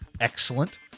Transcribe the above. excellent